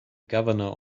governor